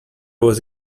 was